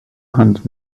hand